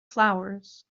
flowers